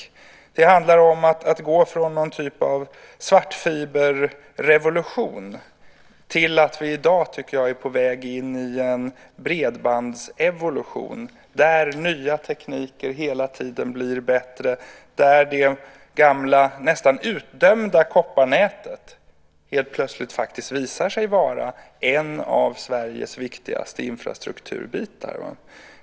Det handlar om att gå från någon typ av svartfiberrevolution till att vi i dag, tycker jag, är på väg in i en bredbandsevolution där nya tekniker hela tiden blir bättre och där det gamla, nästan utdömda, kopparnätet helt plötsligt faktiskt visar sig vara en av Sveriges viktigaste infrastrukturbitar.